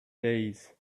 days